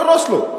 להרוס לו.